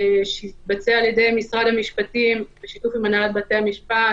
שהתבצע על ידי משרד המשפטים בשיתוף עם הנהלת בתי המשפט,